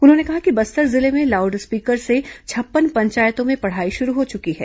उन्होंने कहा कि बस्तर जिले में लाउडस्पीकर से छप्पन पंचायतों में पढ़ाई शुरू हो चुकी है